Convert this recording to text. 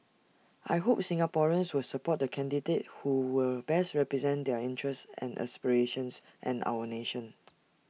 I hope Singaporeans will support the candidate who will best represent their interests and aspirations and our nation